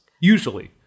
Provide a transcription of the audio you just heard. Usually